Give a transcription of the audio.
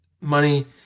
money